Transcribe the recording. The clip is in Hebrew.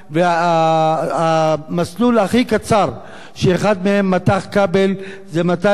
והמסלול הכי קצר שאחד מהם מתח בו כבל זה 250 מטר,